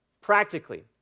Practically